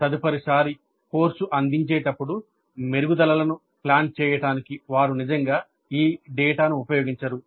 తదుపరిసారి కోర్సు అందించేటప్పుడు మెరుగుదలలను ప్లాన్ చేయడానికి వారు నిజంగా ఈ డేటాను ఉపయోగించరు